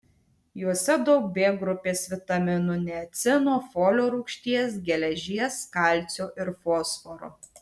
juose daug b grupės vitaminų niacino folio rūgšties geležies kalcio ir fosforo